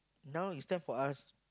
now is time for us